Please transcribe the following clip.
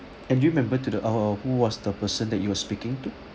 and do you remember to the uh who was the person that you are speaking to